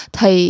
Thì